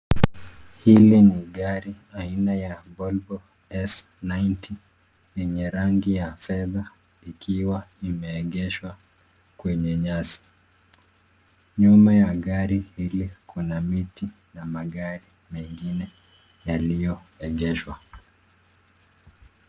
Hili ni gari aina ya Volvo S90, yenye rangi ya fedha, likiwa limeegeshwa kwenye nyasi. Nyuma ya gari hili kuna miti na magari mengine yaliyoegeshwa.